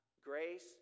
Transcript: grace